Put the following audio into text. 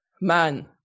man